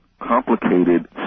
complicated